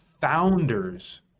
founder's